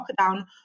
lockdown